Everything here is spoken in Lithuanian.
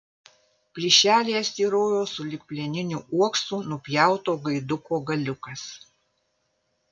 plyšelyje styrojo sulig plieniniu uoksu nupjauto gaiduko galiukas